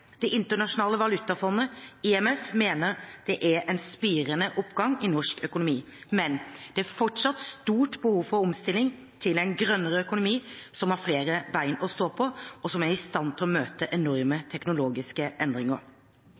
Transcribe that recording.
Det internasjonale valutafondet, IMF; mener det er en spirende oppgang i norsk økonomi. Men det er fortsatt stort behov for omstilling til en grønnere økonomi, som har flere ben å stå på, og som er i stand til å møte enorme teknologiske endringer.